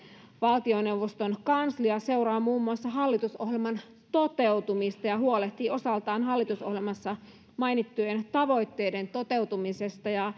valtioneuvoston kanslia seuraa muun muassa hallitusohjelman toteutumista ja huolehtii osaltaan hallitusohjelmassa mainittujen tavoitteiden toteutumisesta